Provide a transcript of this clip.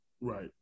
Right